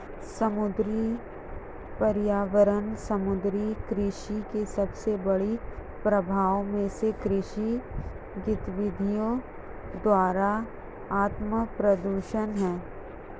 समुद्री पर्यावरण समुद्री कृषि के सबसे बड़े प्रभावों में से कृषि गतिविधियों द्वारा आत्मप्रदूषण है